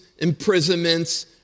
imprisonments